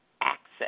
access